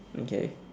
okay